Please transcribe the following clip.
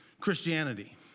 Christianity